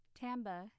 Tamba